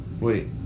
wait